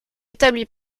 établi